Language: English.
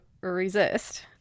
resist